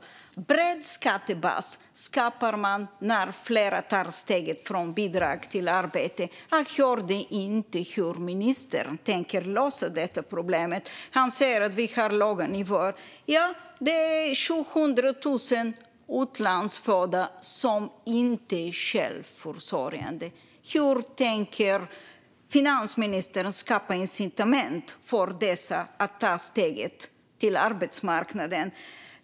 En bred skattebas skapar man när fler tar steget från bidrag till arbete. Jag hörde inte hur ministern tänker lösa detta problem. Han säger att vi har låga nivåer. 700 000 utlandsfödda är inte självförsörjande. Hur tänker finansministern skapa incitament för dessa personer att ta steget till arbetsmarknaden?